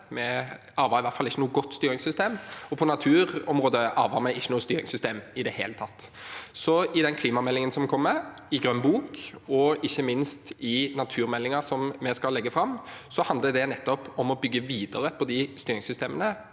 arvet vi i hvert fall ikke noe godt styringssystem, og på naturområdet arvet vi ikke noe styringssystem i det hele tatt. I klimameldingen som kommer, i grønn bok og ikke minst i naturmeldingen vi skal legge fram, skal vi bygge videre på styringssystemene